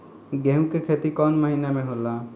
गेहूं के खेती कौन महीना में होला?